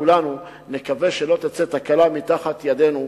כולנו נקווה שלא תצא תקלה מתחת ידינו,